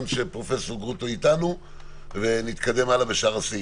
שפרופ' גרוטו אתנו ונתקדם הלאה בשאר הסעיפים.